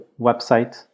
website